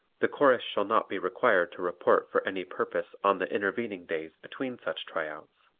the chorus shall not be required to report for any purpose on the intervening days between such tryouts.